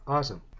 Awesome